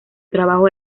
trabajo